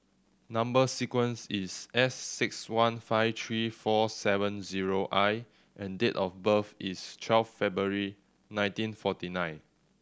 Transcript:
number sequence is S six one five three four seven zero I and date of birth is twelve February nineteen forty nine